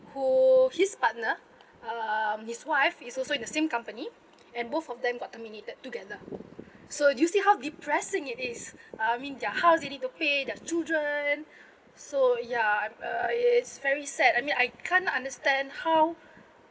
who his partner um his wife is also in the same company and both of them got terminated together so do you see how depressing it is uh I mean their house they need to pay their children so ya um uh it's very sad I mean I can't understand how